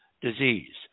disease